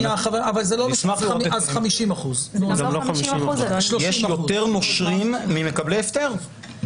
אז 30%. יש יותר נושרים ממקבלי הפטר,